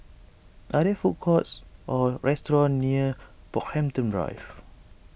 are there food courts or restaurants near Brockhampton Drive